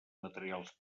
materials